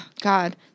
God